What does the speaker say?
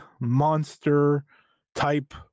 monster-type